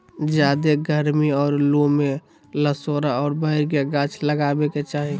ज्यादे गरमी और लू में लसोड़ा और बैर के गाछ लगावे के चाही